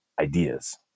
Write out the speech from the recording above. ideas